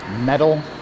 metal